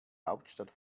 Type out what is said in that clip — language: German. hauptstadt